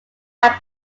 are